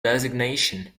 designation